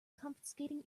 confiscating